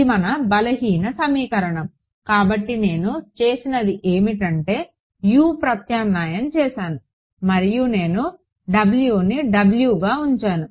ఇది మన బలహీన సమీకరణం కాబట్టి నేను చేసినది ఏమిటంటే U ప్రత్యామ్నాయం చేశాను మరియు నేను wని wగా ఉంచాను